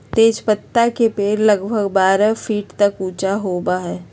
तेजपत्ता के पेड़ लगभग बारह मीटर तक ऊंचा होबा हई